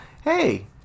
Hey